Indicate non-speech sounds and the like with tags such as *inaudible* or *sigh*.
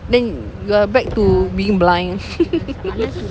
then you're back to being blind *noise*